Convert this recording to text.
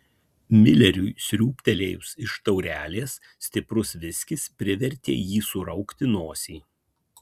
mileriui sriūbtelėjus iš taurelės stiprus viskis privertė jį suraukti nosį